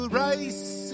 rice